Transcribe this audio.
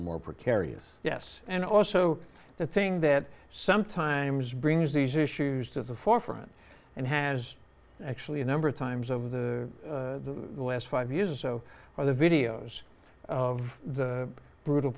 and more precarious yes and also the thing that sometimes brings these issues to the forefront and has actually a number of times of the last five years or so where the videos of the brutal